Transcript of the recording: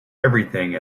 everything